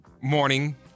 Morning